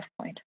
point